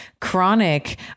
chronic